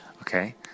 okay